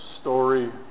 story